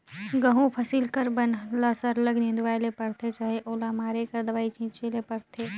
गहूँ फसिल कर बन ल सरलग निंदवाए ले परथे चहे ओला मारे कर दवई छींचे ले परथे